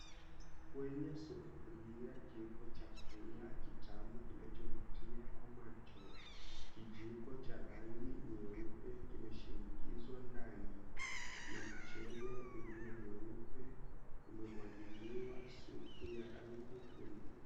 Kwenye sufuria kipo chakula kitamu kinachovutia kwa macho. Kijiko cha rangi nyeupe kimeshinikizwa ndani na mchele ulio mweupe umemwagiliwa supu ya rangi nyekundu.